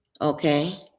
okay